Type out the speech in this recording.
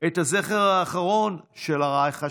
את הזכר האחרון של 'הרייך השלישי'."